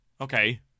okay